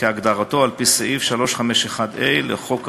כהגדרתו על-פי סעיף 351(ה) לחוק העונשין,